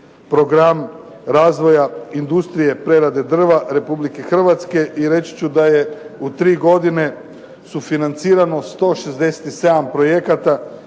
program razvoja industrije prerade drva RH i reći ću da je sufinancirano 167 projekata